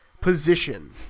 position